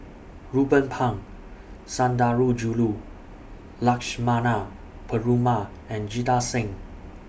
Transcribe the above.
Ruben Pang Sundarajulu Lakshmana Perumal and Jita Singh